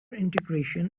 integration